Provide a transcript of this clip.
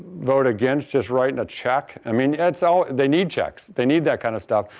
vote against just writing a check, i mean, yeah so they need checks, they need that kind of stuff.